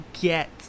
get